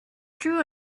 true